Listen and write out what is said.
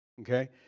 Okay